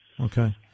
Okay